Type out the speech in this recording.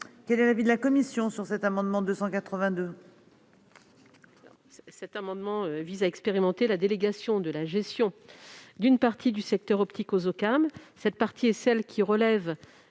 Quel est l'avis de la commission ? Cet amendement vise